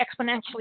exponentially